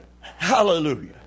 Hallelujah